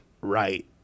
right